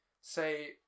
say